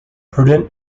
prudent